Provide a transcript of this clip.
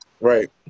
Right